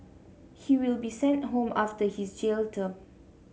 he will be sent home after his jail term